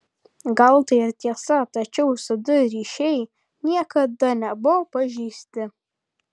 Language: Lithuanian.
gal tai ir tiesa tačiau sd ryšiai niekada nebuvo pažeisti